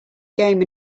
game